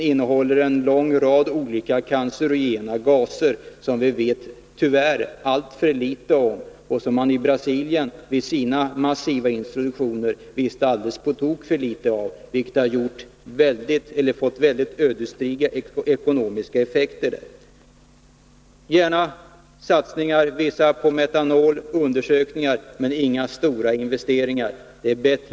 Den bildar en lång rad cancerogena gaser, som vi tyvärr vet alltför litet om och som man visste på tok för litet om vid den massiva introduktionen i Brasilien, vilket har fått ödesdigra ekonomiska effekter. Gärna undersökningar och vissa satsningar på metanol, men inga stora investeringar! Det är bättre att avvakta, tills vi får ökad information och ökat kunnande på området.